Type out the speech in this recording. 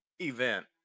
event